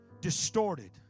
distorted